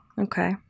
okay